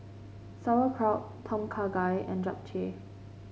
Sauerkraut Tom Kha Gai and Japchae